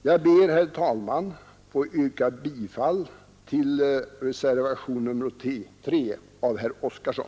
Jag ber, herr talman, att få yrka bifall till reservationen 3 av herr Oskarson.